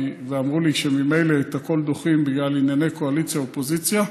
ואמרו לי שממילא את הכול דוחים בגלל ענייני קואליציה אופוזיציה,